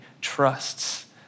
trusts